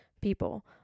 people